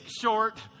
short